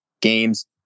games